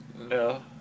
No